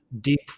deep